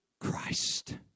Christ